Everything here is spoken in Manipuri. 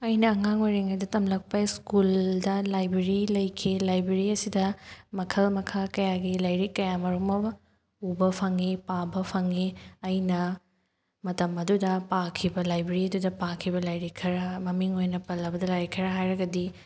ꯑꯩꯅ ꯑꯉꯥꯡ ꯑꯣꯏꯔꯤꯉꯩꯗ ꯇꯝꯂꯛꯄ ꯁ꯭ꯀꯨꯜꯗ ꯂꯥꯏꯦꯕꯔꯤ ꯂꯩꯈꯤ ꯂꯥꯏꯕꯦꯔꯤ ꯑꯁꯤꯗ ꯃꯈꯜ ꯃꯈꯥ ꯀꯌꯥꯒꯤ ꯂꯥꯏꯔꯤꯛ ꯀꯌꯥ ꯃꯔꯨꯝ ꯑꯃ ꯎꯕ ꯐꯪꯉꯤ ꯄꯥꯕ ꯐꯪꯉꯤ ꯑꯩꯅ ꯃꯇꯝ ꯑꯗꯨꯗ ꯄꯥꯈꯤꯕ ꯂꯥꯏꯕꯦꯔꯤ ꯑꯗꯨꯗ ꯄꯥꯈꯤꯕ ꯂꯥꯏꯔꯤꯛ ꯈꯔ ꯃꯃꯤꯡ ꯑꯣꯏꯅ ꯄꯜꯂꯕꯗ ꯂꯥꯏꯔꯤꯛ ꯈꯔ ꯍꯥꯏꯔꯒꯗꯤ